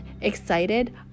excited